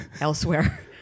elsewhere